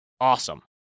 awesome